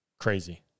crazy